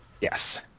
Yes